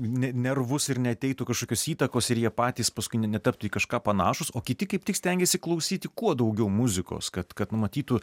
ne nervus ir neateitų kažkokios įtakos ir jie patys paskui ne netaptų į kažką panašūs o kiti kaip tik stengiasi klausyti kuo daugiau muzikos kad kad numatytų